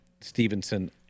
Stevenson